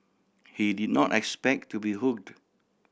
he did not expect to be hooked